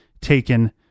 taken